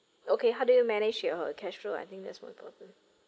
okay how do you manage your cash flow I think that's more important